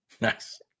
Nice